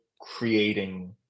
creating